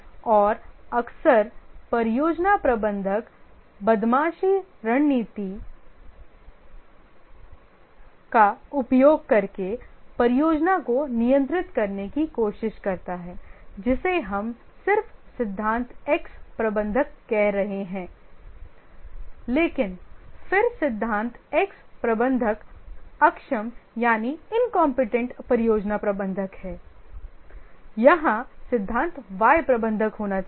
और अक्सर परियोजना प्रबंधक बदमाशी रणनीति का उपयोग करके परियोजना को नियंत्रित करने की कोशिश करता है जिसे हम सिर्फ सिद्धांत X प्रबंधक कह रहे हैं लेकिन फिर सिद्धांत X प्रबंधक अक्षम यानी परियोजना प्रबंधक हैं यहां सिद्धांत Y प्रबंधक होना चाहिए